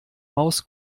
maus